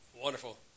Wonderful